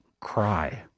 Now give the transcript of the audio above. Cry